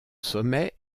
sommet